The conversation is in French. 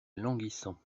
languissant